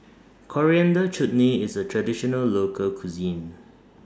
Coriander Chutney IS A Traditional Local Cuisine